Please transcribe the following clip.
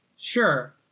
Sure